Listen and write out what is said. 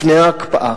לפני ההקפאה.